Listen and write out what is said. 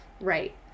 Right